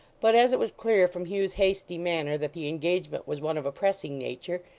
but as it was clear, from hugh's hasty manner, that the engagement was one of a pressing nature,